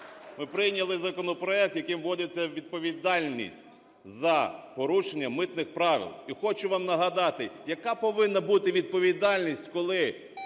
Ми прийняли законопроект, яким вводиться відповідальність за порушення митних правил. І хочу вам нагадати, яка повинна бути відповідальність, коли